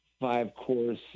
five-course